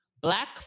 black